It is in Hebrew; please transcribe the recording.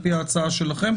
על פי ההצעה שלכם,